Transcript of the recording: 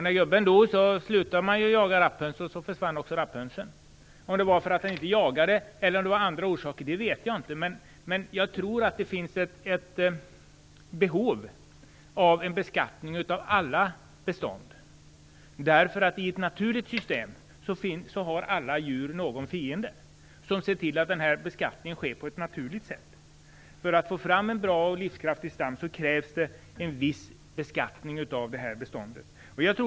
När gubben dog slutade man att jaga rapphöns, och då försvann också rapphönorna. Om det var därför att man inte jagade dem eller om det hade andra orsaker vet jag inte, men jag tror att det finns ett behov av en beskattning av alla bestånd. I ett naturligt system har alla djur någon fiende som svarar för en beskattning på ett naturligt sätt. För att få fram en bra och livskraftig stam krävs det en viss beskattning av beståndet.